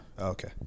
Okay